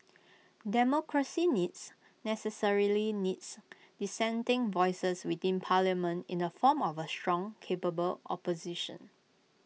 democracy needs necessarily needs dissenting voices within parliament in the form of A strong capable opposition